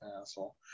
asshole